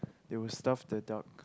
they will stuff the duck